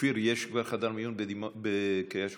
אופיר, יש כבר חדר מיון בקריית שמונה?